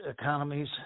economies